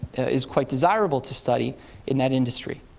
is quite desirable to study in that industry.